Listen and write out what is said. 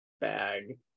bag